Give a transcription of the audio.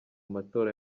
matora